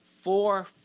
four